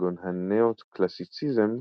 כגון הנאו-קלאסיציזם,